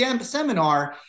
seminar